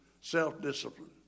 self-discipline